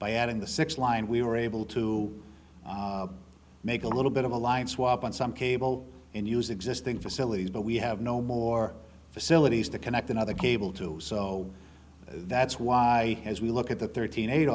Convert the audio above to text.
by adding the six line we were able to make a little bit of a line swap on some cable and use existing facilities but we have no more facilities to connect another cable to so that's why as we look at the thirty eight